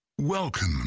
Welcome